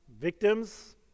Victims